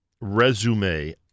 resume